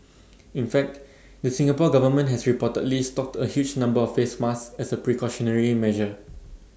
in fact the Singapore Government has reportedly stocked A huge number of face masks as A precautionary measure